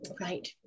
Right